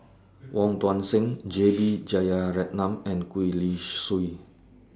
Wong Tuang Seng J B Jeyaretnam and Gwee Li Sui